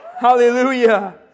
Hallelujah